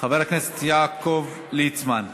חבר הכנסת יעקב ליצמן.